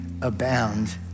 abound